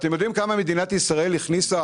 אתם יודעים כמה מדינת ישראל הכניסה